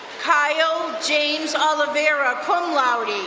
kyle james olivera, cum laude.